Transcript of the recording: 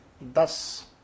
Thus